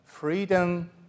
Freedom